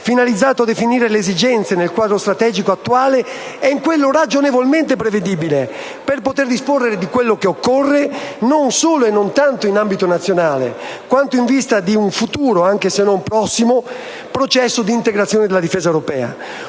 finalizzato a definire le esigenze nel quadro strategico attuale e in quello ragionevolmente prevedibile, per poter disporre di quello che occorre non solo e non tanto in ambito nazionale, quanto in vista di un futuro, anche se non prossimo, processo di integrazione della difesa europea.